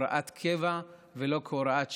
כהוראת קבע ולא כהוראת שעה,